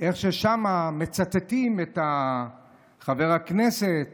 איך מצטטים שם את חבר הכנסת